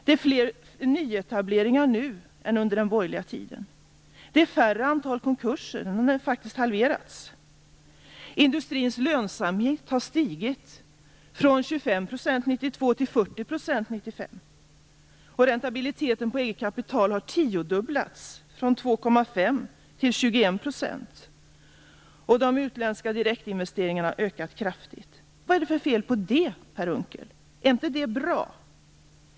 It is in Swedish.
Det görs fler nyetableringar nu än under den borgerliga tiden. Det är färre konkurser nu; antalet har faktiskt halverats. Industrins lönsamhet har stigit från 25 % 1992 till 40 % 1995. Räntabiliteten på eget kapital har tiodubblats, från 2,5 % till 21 %. De utländska direktinvesteringarna har ökat kraftigt. Vad är det för fel på detta, Per Unckel? Är inte det bra?